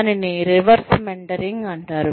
దానిని reverse mentoring అంటారు